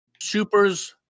Supers